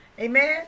Amen